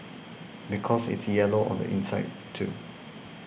because it's yellow on the inside too